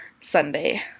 Sunday